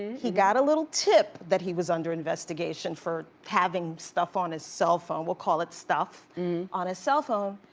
he got a little tip that he was under investigation for having stuff on his cell phone. we'll call it stuff on his cell phone.